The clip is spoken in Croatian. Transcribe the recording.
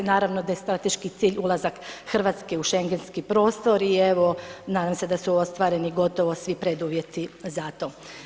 Naravno da je strateški cilj ulazak Hrvatske u Schengenski prostor i evo, nadam se da su ostvareni gotovi svi preduvjeti za to.